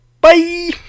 Bye